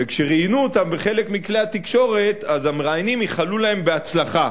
וכשראיינו אותם בחלק מכלי התקשורת אז המראיינים איחלו להם: בהצלחה.